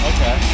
Okay